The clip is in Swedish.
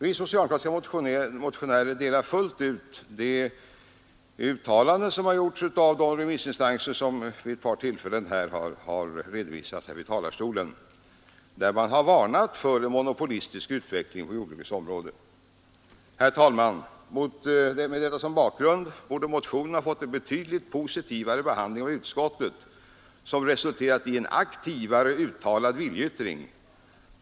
Vi socialdemokratiska motionärer instämmer helt i de uttalanden som gjorts av de remissinstanser som nu vid ett par tillfällen räknats upp härifrån talarstolen och som har varnat för en monopolistisk utveckling på jordbrukets område. Herr talman! Mot denna bakgrund borde motionen ha fått en betydligt positivare behandling av utskottet och resulterat i en aktivare uttalad viljeyttring.